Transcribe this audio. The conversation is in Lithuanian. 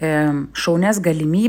šaunias galimybes augimui